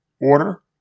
Order